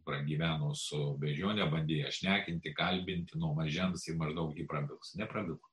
pragyveno su beždžione bandė ją šnekinti kalbinti nuo mažens ji maždaug ji prabils neprabilo